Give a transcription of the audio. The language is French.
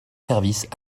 services